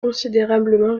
considérablement